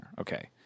Okay